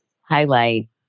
highlight